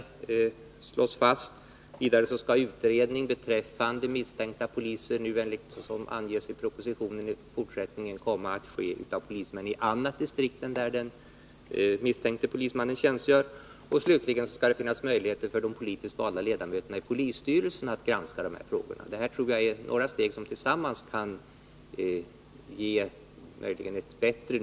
Vidare anges i propositionen att utredning beträffande misstänkta poliser i fortsättningen skall komma att genomföras av polismän i annat distrikt än där den misstänkte polismannen tjänstgör. Slutligen skall det finnas möjligheter för de politiskt valda ledamöterna i polisstyrelserna att granska dessa frågor. Detta tillsammantaget tror jag utgör några steg mot en bättre handläggning av de här ärendena.